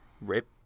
Rip